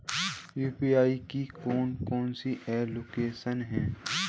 UPI की कौन कौन सी एप्लिकेशन हैं?